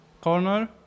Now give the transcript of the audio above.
corner